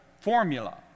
formula